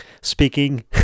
speaking